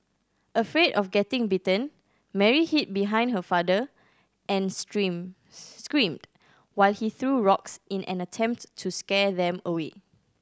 afraid of getting bitten Mary hid behind her father and stream screamed while he threw rocks in an attempt to scare them away